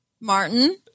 Martin